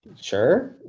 Sure